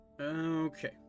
Okay